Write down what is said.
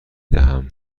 دهم